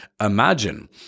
imagine